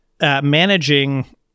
managing